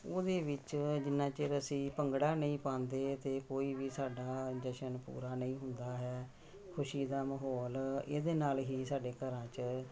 ਉਹਦੇ ਵਿੱਚ ਜਿੰਨਾ ਚਿਰ ਅਸੀਂ ਭੰਗੜਾ ਨਹੀਂ ਪਾਉਂਦੇ ਤਾਂ ਕੋਈ ਵੀ ਸਾਡਾ ਜਸ਼ਨ ਪੂਰਾ ਨਹੀਂ ਹੁੰਦਾ ਹੈ ਖੁਸ਼ੀ ਦਾ ਮਾਹੌਲ ਇਹਦੇ ਨਾਲ ਹੀ ਸਾਡੇ ਘਰਾਂ 'ਚ